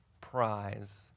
prize